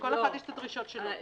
לכל אחד יש הדרישות שלו.